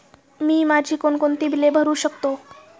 मी माझी कोणकोणती बिले भरू शकतो?